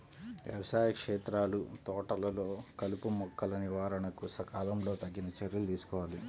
వ్యవసాయ క్షేత్రాలు, తోటలలో కలుపుమొక్కల నివారణకు సకాలంలో తగిన చర్యలు తీసుకోవాలి